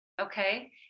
Okay